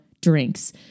drinks